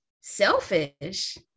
selfish